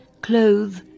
clothe